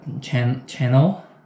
channel